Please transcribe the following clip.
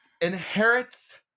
inherits